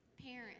Parents